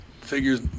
figures